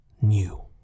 new